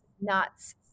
nuts